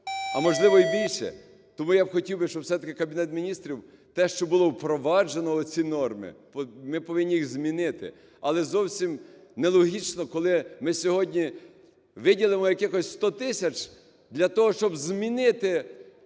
а можливо, і більше. Тому я хотів би, щоб все-таки Кабінет Міністрів те, що було впроваджено оці норми, ми повинні їх змінити. Але зовсім нелогічно, коли ми сьогодні виділимо якихось 100 тисяч для того, щоб змінити